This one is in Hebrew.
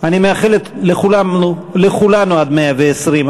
אני מאחל לכולנו עד מאה-ועשרים,